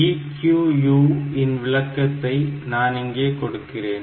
EQU இன் விளக்கத்தை நான் இங்கே கொடுக்கிறேன்